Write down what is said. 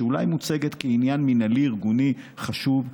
שאולי מוצגת כעניין מינהלי-ארגוני חשוב,